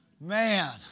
man